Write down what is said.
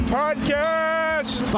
podcast